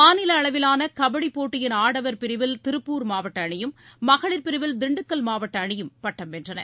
மாநில அளவிலான கபடிப் போட்டியின் ஆடவர் பிரிவில் திருப்பூர் மாவட்ட அணியும் மகளிர் பிரிவில் திண்டுக்கல் மாவட்ட அணியும் பட்டம் வென்றன